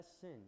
sin